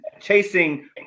chasing